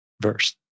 verse